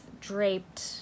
draped